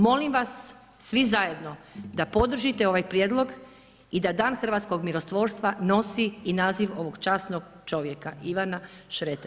Molim vas svi zajedno da podržite ovaj prijedlog i da Dan hrvatskog mirotvorstva nosi i naziv ovog časnog čovjeka, Ivana Šretera.